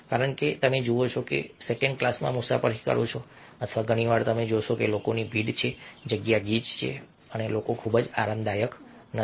કારણ કે તમે જુઓ છો કે સેકન્ડ ક્લાસમાં મુસાફરી કરો છો અથવા ઘણી વાર તમે જોશો કે લોકોની ભીડ છે જગ્યા ગીચ છે અને લોકો ખૂબ આરામદાયક નથી